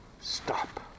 stop